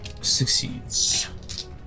succeeds